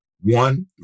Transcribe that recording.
one